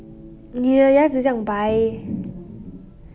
你的牙齿这样白